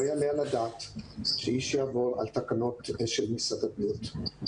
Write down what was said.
לא יעלה על הדעת שאיש יעבור על תקנות של משרד הבריאות.